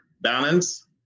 balance